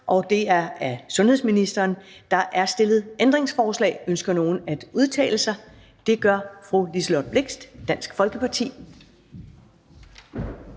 næstformand (Karen Ellemann): Der er stillet ændringsforslag. Ønsker nogen at udtale sig? Det gør fru Liselott Blixt, Dansk Folkeparti.